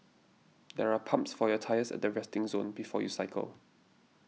there are pumps for your tyres at the resting zone before you cycle